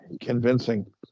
Convincing